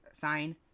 Sign